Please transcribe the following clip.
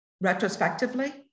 retrospectively